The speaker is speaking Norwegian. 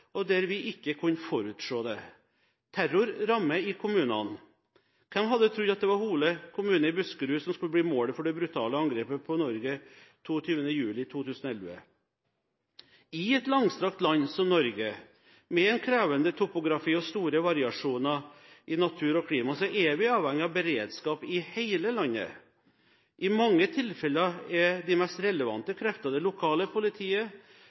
ikke kunne forutse det. Terror rammer i en kommune. Hvem hadde trodd at det var Hole kommune i Buskerud som skulle bli målet for det brutale angrepet på Norge 22. juli 2011? I et langstrakt land som Norge, med en krevende topografi og store variasjoner i natur og klima, er vi avhengig av beredskap i hele landet. I mange tilfeller er de mest relevante kreftene det lokale politiet,